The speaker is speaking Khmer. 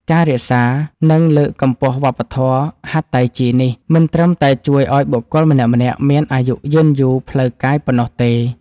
ការរក្សា និងលើកកម្ពស់វប្បធម៌ហាត់តៃជីនេះ មិនត្រឹមតែជួយឱ្យបុគ្គលម្នាក់ៗមានអាយុយឺនយូរផ្លូវកាយប៉ុណ្ណោះទេ។